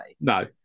No